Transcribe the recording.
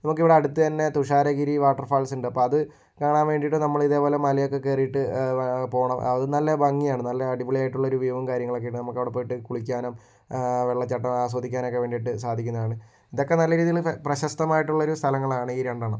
നമുക്ക് ഇവിടെ അടുത്തുതന്നെ തുഷാരഗിരി വാട്ടർഫാൾസ് ഉണ്ട് അപ്പോൾ അത് കാണാൻ വേണ്ടിട്ട് നമ്മൾ ഇതേപോലെ മലയൊക്കെ കയറിയിട്ട് പോകണം ആ നല്ലൊരു ഭംഗി നല്ല അടിപൊളിയായിട്ടുള്ള വ്യൂയും കാര്യങ്ങളൊക്കെയാണ് നമുക്ക് അവിടെ പോയിട്ട് കുളിക്കാനും വെള്ളച്ചാട്ടം ആസ്വദിക്കാനൊക്കെ വേണ്ടിയിട്ട് സാധിക്കുന്നതാണ് ഇതൊക്കെ നല്ല രീതിയിൽ പ്രശസ്തമായിട്ടുള്ളൊരു സ്ഥലങ്ങളാണ് ഈ രണ്ടെണ്ണവും